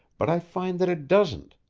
but i find that it doesn't.